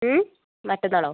ഹ്മ് മറ്റന്നാളോ